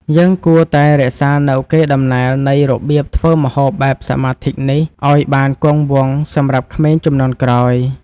យើងគួរតែរក្សានូវកេរដំណែលនៃរបៀបធ្វើម្ហូបបែបសមាធិនេះឱ្យបានគង់វង្សសម្រាប់ក្មេងជំនាន់ក្រោយ។